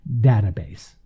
database